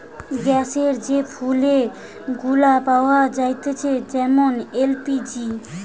গ্যাসের যে ফুয়েল গুলা পাওয়া যায়েটে যেমন এল.পি.জি